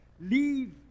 leave